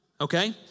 okay